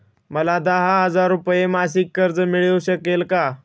मला दहा हजार रुपये मासिक कर्ज मिळू शकेल का?